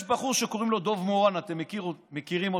יש בחור שקוראים לו דב מורן, אתם מכירים אותו.